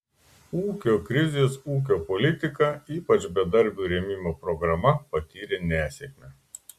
ūkio krizės ūkio politika ypač bedarbių rėmimo programa patyrė nesėkmę